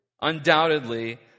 undoubtedly